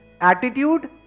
attitude